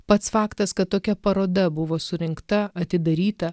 pats faktas kad tokia paroda buvo surinkta atidaryta